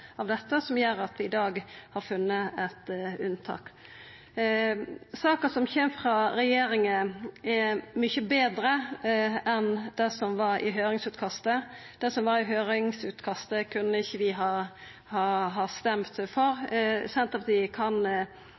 av dette, som gjer at vi i dag har funne eit unntak. Saka som kjem frå regjeringa, er mykje betre enn det som låg i høyringsutkastet. Det som låg i høyringsutkastet kunne vi ikkje ha stemt for. Senterpartiet kan